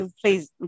please